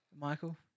Michael